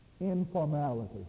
Informality